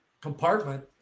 compartment